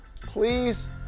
please